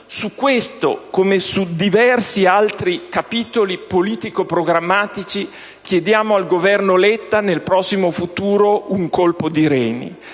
Su questo, come su diversi altri capitoli politico-programmatici, chiediamo al Governo Letta nel prossimo futuro un colpo di reni.